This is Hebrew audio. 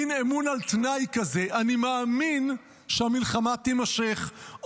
מין אמון על תנאי כזה: אני מאמין שהמלחמה תימשך,